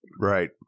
right